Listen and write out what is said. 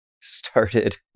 started